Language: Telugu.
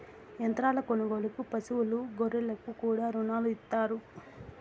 యంత్రాల కొనుగోలుకు పశువులు గొర్రెలకు కూడా రుణాలు ఇత్తారు